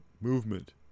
movement